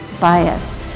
bias